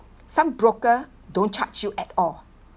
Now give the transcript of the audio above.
some broker don't charge you at all